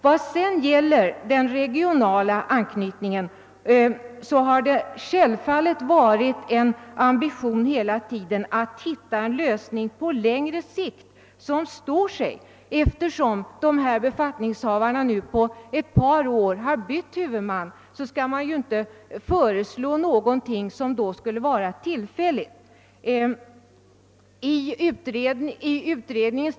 Vad sedan gäller den regionala anknytningen har det självfallet hela tiden varit en ambition att hitta en lösning som står sig på längre sikt. Eftersom dessa befattningshavare för ett par år sedan bytte huvudman skall man inte nu föreslå något som skulle vara av tillfällig natur.